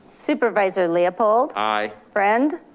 supervisor leopold. aye. friend.